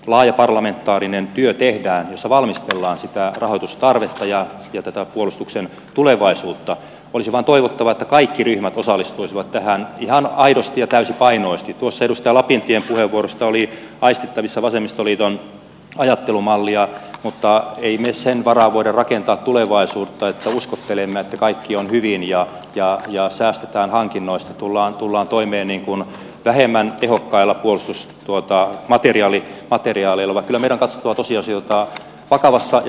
laaja parlamentaarinen työ tehdään se valmistellaan sitä rahoitustarvetta ja jätetä puolustuksen tulevaisuutta olisi vain toivottava että kaikki ryhmät osallistuisivat tähän ihan aidosti ja täysipainoisesti kusetusta lapintien puheenvuorosta oli aistittavissa vasemmistoliiton ajattelumallia mutta emme me sen varaan voi rakentaa tulevaisuutta että uskottelemme että kaikki on hyvin ja säästetään hankinnoista tullaan toimeen vähemmän tehokkailla puolustusmateriaaleilla vaan kyllä meidän on katsottava tosiasioita vakavassa ja vastuullisessa mielessä